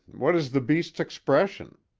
what is the beast's expression?